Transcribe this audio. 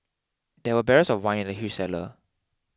there were barrels of wine in the huge cellar